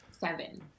seven